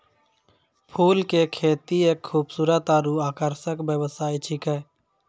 फूल के खेती एक खूबसूरत आरु आकर्षक व्यवसाय छिकै